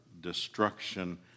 destruction